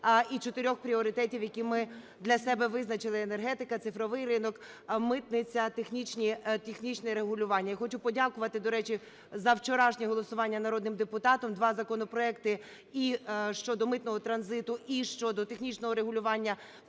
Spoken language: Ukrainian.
і чотирьох пріоритетів, які ми для себе визначили: енергетика, цифровий ринок, митниця, технічне регулювання. І хочу подякувати, до речі, за вчорашнє голосування народним депутатам. Два законопроекти: і щодо митного транзиту, і щодо технічного регулювання